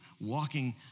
walking